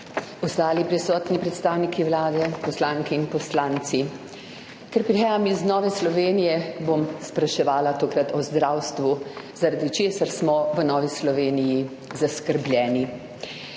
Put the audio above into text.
prisotni predstavniki Vlade, poslanke in poslanci! Ker prihajam iz Nove Slovenije, bom tokrat spraševala o zdravstvu, zaradi česar smo v Novi Sloveniji zaskrbljeni.